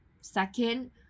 Second